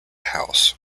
house